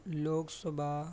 ਲੋਕ ਸਭਾ